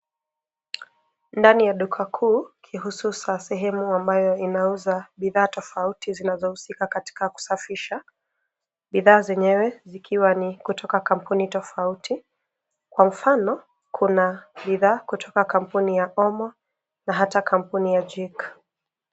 Ndani ya dakika kuu ya kihususa sehemu ambayo inauza bidhaa tofauti zinazohusika katika kusafisha. Bidhaa zenyewe zikiwa ni kutoka kampuni tofauti. Kwa mfano, kuna bidhaa kutoka kampuni ya Omo na hata kampuni ya Jik.